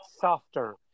softer